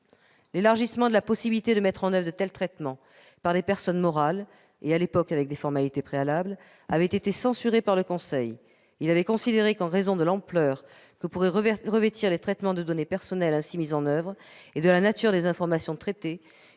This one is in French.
L'élargissement de la possibilité de mettre en oeuvre de tels traitements par les personnes morales, et à l'époque avec des formalités préalables, avait été censuré par le Conseil, qui avait considéré que, en raison de l'ampleur que pouvait revêtir les traitements de données personnelles ainsi mises en oeuvre et de la nature des informations traitées,